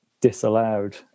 disallowed